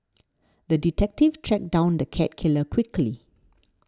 the detective tracked down the cat killer quickly